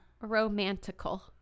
romantical